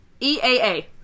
E-A-A